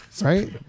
right